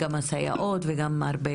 גם הסייעות וגם הרבה